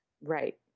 Right